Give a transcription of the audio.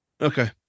Okay